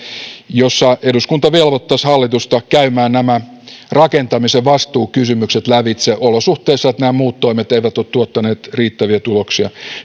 jossa eduskunta velvoittaisi hallitusta käymään nämä rakentamisen vastuukysymykset lävitse olosuhteissa että nämä muut toimet eivät ole tuottaneet riittäviä tuloksia